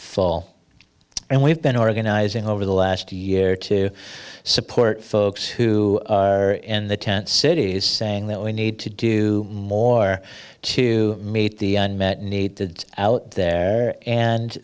fall and we've been organizing over the last year to support folks who are in the tent cities saying that we need to do more to meet the unmet need to out there and